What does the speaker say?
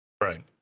Right